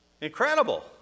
Incredible